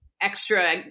extra